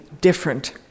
different